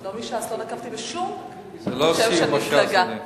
לא נקבתי בשום שם של מפלגה.